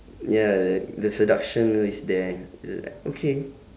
ya the the seduction is there okay